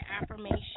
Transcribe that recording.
affirmation